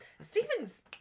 Stephen's